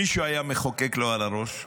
מישהו היה מחוקק לו על הראש?